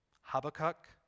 Habakkuk